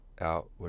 out